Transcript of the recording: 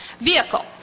vehicle